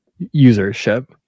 usership